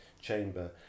chamber